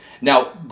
Now